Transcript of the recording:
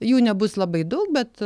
jų nebus labai daug bet